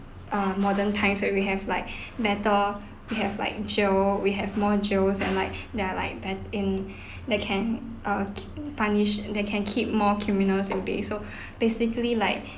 err modern times where we have like better we have like jail we have more jails and like they are like be~ in that can err punish they can keep more criminal in bay so basically like